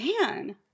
Man